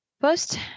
First